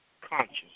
conscious